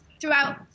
throughout